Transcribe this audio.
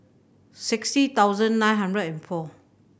sixty thousand nine hundred and four